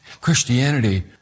Christianity